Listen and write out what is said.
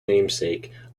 namesake